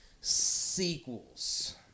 sequels